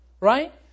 right